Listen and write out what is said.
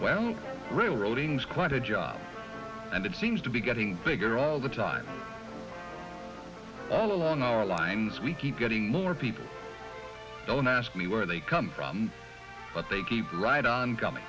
ngs quite a job and it seems to be getting bigger all the time all along our lines we keep getting more people don't ask me where they come from but they keep right on coming